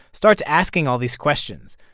starts asking all these questions.